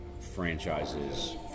franchise's